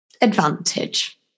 advantage